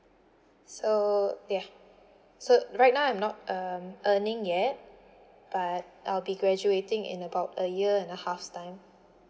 so yeah so right now I'm not um earning yet but I will be graduating in about a year and a half times